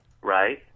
right